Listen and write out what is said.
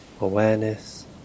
awareness